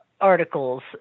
articles